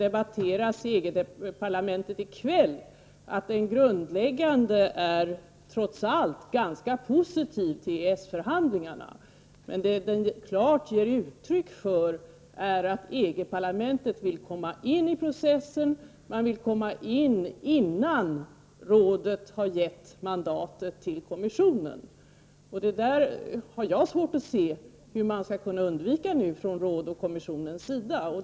Efter att ha läst den tycker jag att den grundläggande är positiv till EES-förhandlingarna. Resolutionen ger klart uttryck för att EG-parlamentet vill komma in i processen och det innan rådet har gett mandat till kommissionen. Jag har svårt att se hur man skall undvika detta från rådets och kommissionens sida.